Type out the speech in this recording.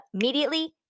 immediately